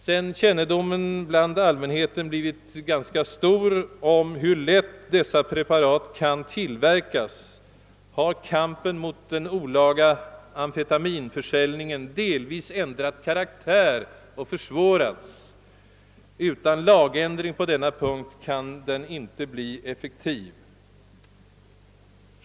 Sedan kännedomen om hur lätt dessa preparat kan tillverkas blivit ganska stor bland allmänheten har kampen mot den olaga amfetaminförsäljningen delvis ändrat karaktär och försvårats. Utan lagändring på denna punkt kan den inte bli effektiv.